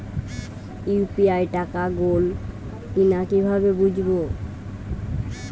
UPI টাকা গোল কিনা কিভাবে বুঝব?